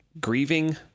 grieving